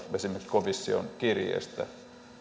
esimerkiksi komission kirjeestä